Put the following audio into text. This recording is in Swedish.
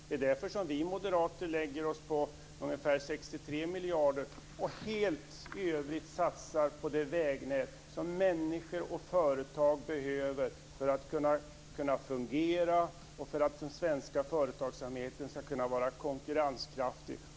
Det är därför som vi moderater lägger oss på ungefär 63 miljarder. I övrigt satsar vi helt på det vägnät som behövs för att människor och företag ska kunna fungera och för att den svenska företagsamheten ska kunna vara konkurrenskraftig.